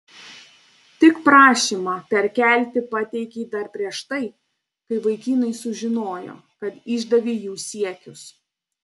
tik prašymą perkelti pateikei dar prieš tai kai vaikinai sužinojo kad išdavei jų siekius